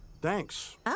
Thanks